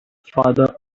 farther